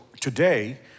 today